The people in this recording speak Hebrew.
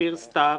שפיר סתיו,